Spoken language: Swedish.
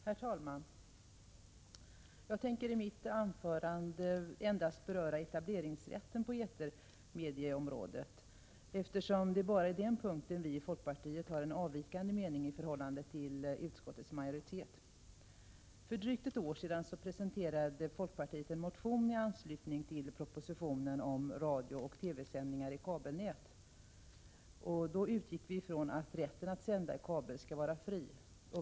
Herr talman! Jag tänker i mitt anförande endast beröra etableringsrätten på etermedieområdet, eftersom det bara är på den punkten vi i folkpartiet har en avvikande mening i förhållande till utskottets majoritet. För drygt ett år sedan presenterade folkpartiet en motion i anslutning till propositionen om radiooch TV-sändningar i kabelnät, där vi utgick från att rätten att sända i kabel skall vara fri.